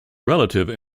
relative